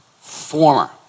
former